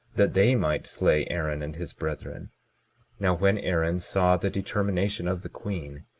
that they might slay aaron and his brethren now when aaron saw the determination of the queen,